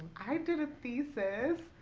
i did a thesis.